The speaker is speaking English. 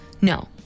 No